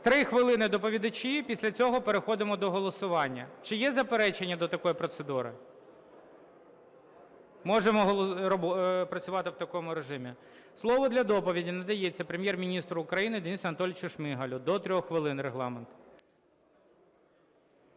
3 хвилини – доповідачі. Після цього переходимо до голосування. Чи є заперечення до такої процедури? Можемо працювати в такому режимі? Слово для доповіді надається Прем'єр-міністру України Денису Анатолійовичу Шмигалю, до 3 хвилин регламент.